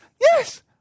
yes